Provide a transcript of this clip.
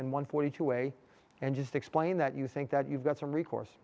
in one forty two way and just explain that you think that you've got some recourse